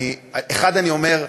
1. אני אומר,